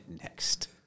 next